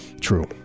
True